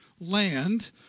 land